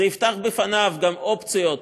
זה יפתח בפניו אופציות,